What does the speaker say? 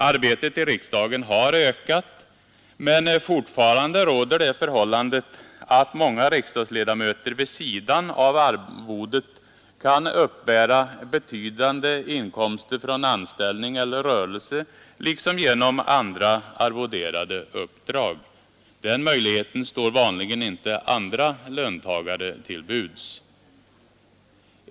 Arbetet i riksdagen har ökat. Men fortfarande råder det ningsstadgan för förhållandet att många riksdagsledamöter vid sidan av arvodet kan ”iksdagens ledamöter, m.m. uppbära betydande inkomster från anställning eller rörelse liksom genom arvoderade uppdrag. Den möjligheten står vanligen inte andra löntagare till buds.